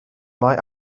mae